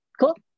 Cool